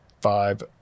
five